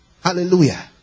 Hallelujah